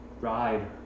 ride